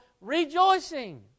rejoicing